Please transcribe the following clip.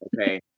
okay